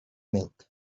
milk